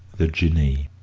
the jinnee.